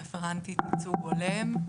רפרנטית ייצוג הולם.